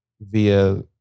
via